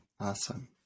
Awesome